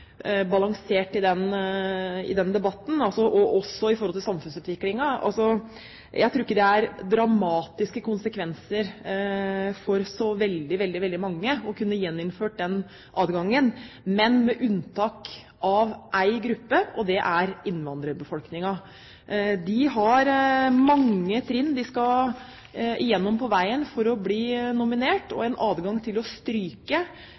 balansert i den debatten og også i forhold til samfunnsutviklingen: Jeg tror ikke det hadde hatt dramatiske konsekvenser for så veldig, veldig mange om vi fikk gjeninnført denne adgangen, med unntak av for én gruppe, og det er innvandrerbefolkningen. De har mange trinn de skal igjennom på veien for å bli nominert, og en adgang til å stryke